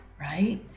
right